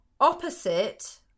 Opposite